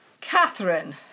Catherine